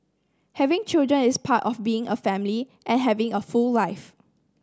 having children is part of being a family and having a full life